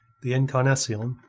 the encarnacion,